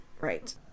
right